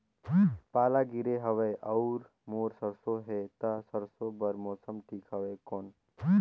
पाला गिरे हवय अउर मोर सरसो हे ता सरसो बार मौसम ठीक हवे कौन?